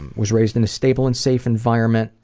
was raised in a stable and safe environment,